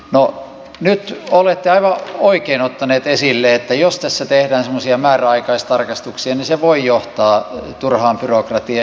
no nyt olette aivan oikein ottaneet esille että jos tässä tehdään semmoisia määräaikaistarkastuksia niin se voi johtaa turhaan byrokratiaan